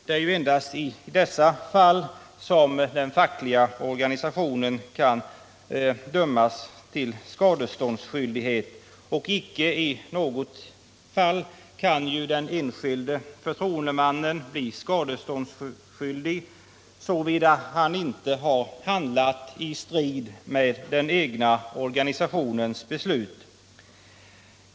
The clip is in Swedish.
Det är ju endast i dessa fall som den fackliga organisationen kan dömas till skadestånd. Inte i något fall kan den enskilde förtroendemannen bli skadeståndsskyldig, såvida han inte har handlat i strid med den egna organisationens beslut.